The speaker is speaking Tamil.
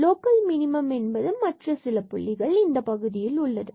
லோக்கல் மினிமம் மற்றும் சில புள்ளிகள் இந்தப் பகுதியில் உள்ளது